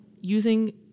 using